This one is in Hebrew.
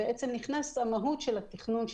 נכנסת המהות של התכנון,